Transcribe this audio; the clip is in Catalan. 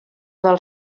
del